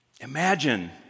Imagine